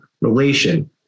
relation